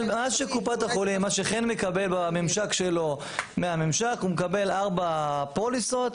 מה שחן מקבל בממשק שלו מהממשק הוא מקבל ארבע פוליסות,